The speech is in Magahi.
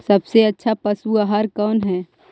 सबसे अच्छा पशु आहार कौन है?